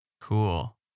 Cool